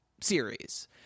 series